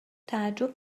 تعجب